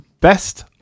best